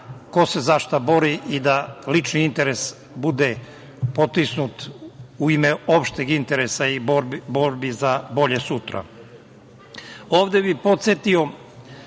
ko se za šta bori i da lični interes bude potisnut u ime opšteg interesa i borbe za bolje sutra. Ovde bih podsetio